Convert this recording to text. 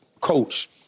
coach